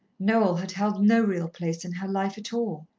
noel had held no real place in her life at all.